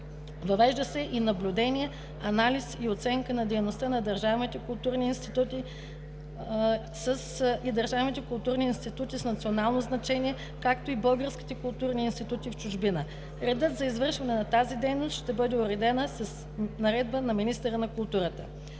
държавните културни институти, държавните културни институти с национално значение, както и българските културни институти в чужбина. Редът за извършването на тази дейност ще бъде уреден с наредба на министъра на културата.